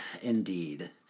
Indeed